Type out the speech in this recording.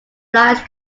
flyers